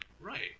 right